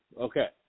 okay